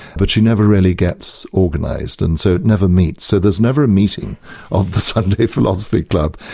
but she never really gets organised, and so it never meets. so there's never a meeting of the sunday philosophy club,